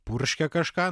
purškia kažką